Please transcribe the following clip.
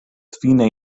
fine